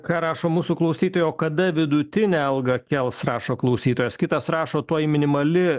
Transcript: ką rašo mūsų klausytojai o kada vidutinę algą kels rašo klausytojas kitas rašo tuoj minimali